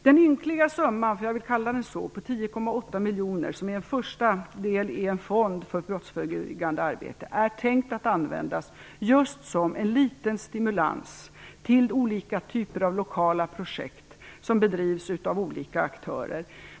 Den ynkliga summa - jag vill kalla den så - på 10,8 miljoner som är en första del i en fond för brottförebyggande arbete är tänkt att användas just som en liten stimulans till olika typer av lokala projekt som bedrivs av olika aktörer.